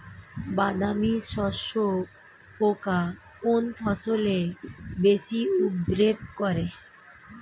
বাদামি শোষক পোকা কোন ফসলে বেশি উপদ্রব করে?